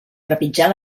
trepitjar